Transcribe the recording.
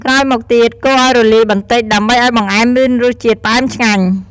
ក្រោយមកទៀត កូរឱ្យរលាយបន្តិច ដើម្បីឱ្យបង្អែមមានរសជាតិផ្អែមឆ្ងាញ់។